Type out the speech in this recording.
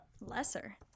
Lesser